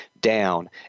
down